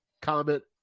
comment